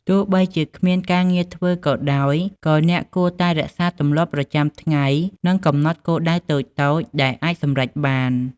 ទោះបីជាគ្មានការងារធ្វើក៏ដោយ ក៏អ្នកគួរតែរក្សាទម្លាប់ប្រចាំថ្ងៃ និងកំណត់គោលដៅតូចៗដែលអាចសម្រេចបាន។